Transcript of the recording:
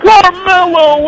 Carmelo